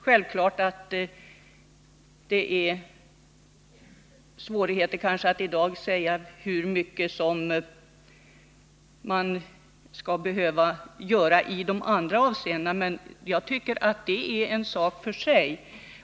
Självfallet är det svårt att i dag säga hur mycket man skall behöva göra i de andra avseendena, men jag tycker det är en sak för sig.